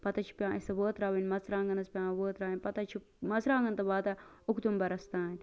پتہٕ حظ چھِ اَسہِ پیٚوان وٲتراوٕنۍ مَژروانٛگن حظ چھِ پیٚوان وٲتراوٕنۍ پتہٕ حظ چھِ مَژروانٛگن تہ واتان اوٚکتوٗمبَرَس تانٛۍ